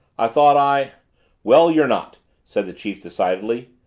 i thought i well, you're not, said the chief decidedly.